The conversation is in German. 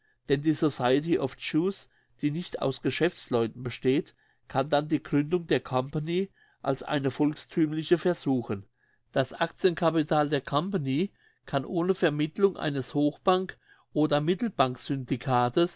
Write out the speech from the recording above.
denn die society of jews die nicht aus geschäftsleuten besteht kann dann die gründung der company als eine volksthümliche versuchen das actiencapital der company kann ohne vermittlung eines hochbank oder